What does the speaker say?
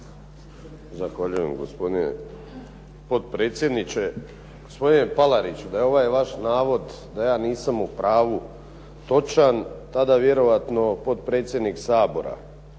Zahvaljujem gospodine potpredsjedniče. Gospodine Palariću, da je ovaj vaš navod da ja nisam u pravu točan, tada vjerovatno potpredsjednik Sabora